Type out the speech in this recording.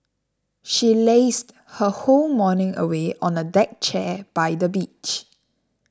she lazed her whole morning away on a deck chair by the beach